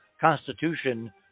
Constitution